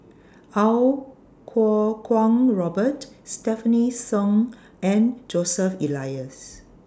Iau Kuo Kwong Robert Stefanie Sun and Joseph Elias